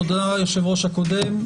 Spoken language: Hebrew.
תודה ליושב ראש ועדת החוקה הקודם.